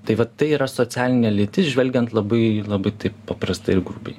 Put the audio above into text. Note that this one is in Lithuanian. tai vat tai yra socialinė lytis žvelgiant labai labai paprastai ir grubiai